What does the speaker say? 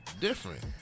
different